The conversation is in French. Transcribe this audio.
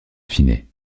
affiné